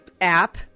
app